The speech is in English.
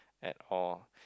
at all